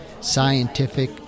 scientific